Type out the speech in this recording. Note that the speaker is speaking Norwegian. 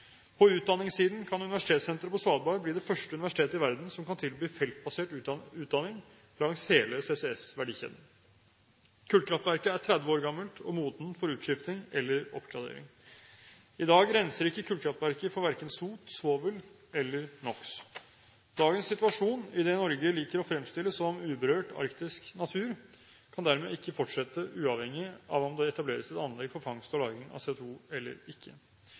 På utdanningssiden kan Universitetssenteret på Svalbard bli det første universitetet i verden som kan tilby feltbasert utdanning langs hele CCS-verdikjeden. Kullkraftverket er 30 år gammelt og modent for utskifting eller oppgradering. I dag renser ikke kullkraftverket for verken sot, svovel eller NOx. Dagens situasjon i det Norge liker å fremstille som uberørt arktisk natur, kan dermed ikke fortsette, uavhengig av om det etableres et anlegg for fangst og lagring av CO2 eller ikke.